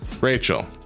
Rachel